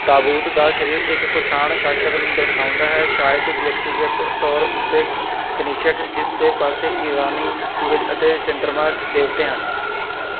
ਤਾਬੂਤ ਦਾ ਸਰੀਰ ਇੱਕ ਕੁਸ਼ਾਣ ਸ਼ਾਸਕ ਨੂੰ ਦਰਸਾਉਂਦਾ ਹੈ ਸ਼ਾਇਦ ਵਿਅਕਤੀਗਤ ਤੌਰ ਉੱਤੇ ਕਨਿਸ਼ਕ ਜਿਸ ਦੇ ਪਾਸੇ ਈਰਾਨੀ ਸੂਰਜ ਅਤੇ ਚੰਦਰਮਾ ਦੇਵਤੇ ਹਨ